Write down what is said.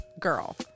girl